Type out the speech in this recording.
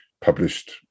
published